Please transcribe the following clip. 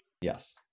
Yes